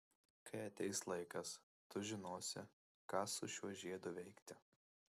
kai ateis laikas tu žinosi ką su šiuo žiedu veikti